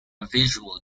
visual